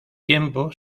tiempo